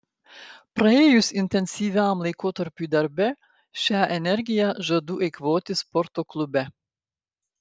praėjus intensyviam laikotarpiui darbe šią energiją žadu eikvoti sporto klube